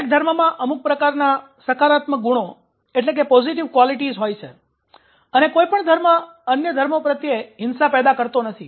દરેક ધર્મમાં અમુક પ્રકારના સકારાત્મક ગુણો હોય છે અને કોઈ પણ ધર્મ અન્ય ધર્મો પ્રત્યે હિંસા પેદા કરતો નથી